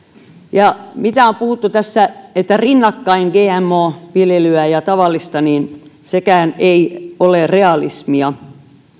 ja mitä on puhuttu tässä siitä että olisi rinnakkain gmo viljelyä ja tavallista niin sekään ei ole realismia